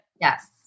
Yes